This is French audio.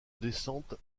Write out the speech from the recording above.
descente